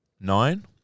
Nine